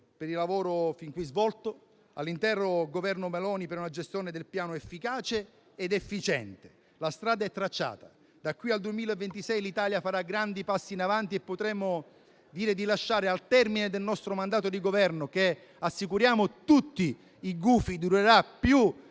per il lavoro fin qui svolto e all'interno Governo Meloni per una gestione del Piano efficace ed efficiente. La strada è tracciata. Da qui al 2026, l'Italia farà grandi passi in avanti e potremo dire di lasciare al termine del nostro mandato di Governo, che - assicuriamo a tutti i gufi - durerà